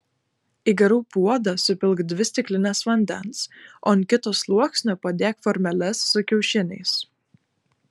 į garų puodą supilk dvi stiklines vandens o ant kito sluoksnio padėk formeles su kiaušiniais